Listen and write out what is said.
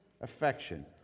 affection